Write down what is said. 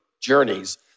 journeys